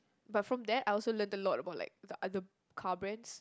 but from that I also learnt a lot about like the other car brands